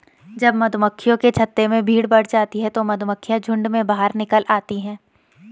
जब मधुमक्खियों के छत्ते में भीड़ बढ़ जाती है तो मधुमक्खियां झुंड में बाहर निकल आती हैं